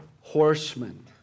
horsemen